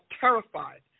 terrified